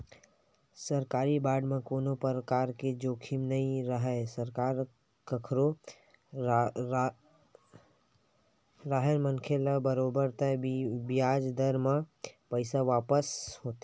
सरकारी बांड म कोनो परकार के जोखिम नइ राहय सरकार कखरो राहय मनखे ल बरोबर तय बियाज दर म पइसा वापस होथे